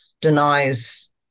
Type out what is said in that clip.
denies